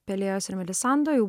pelėjos ir melisando jau buvau